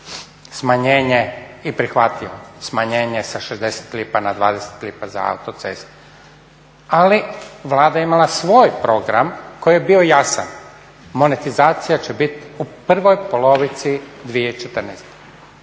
smanjenje i prihvatio smanjenje sa 60 lipa na 20 lipa za autoceste. Ali Vlada je imala svoj program koji je bio jasan. Monetizacija će biti u prvoj polovici 2014.